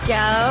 go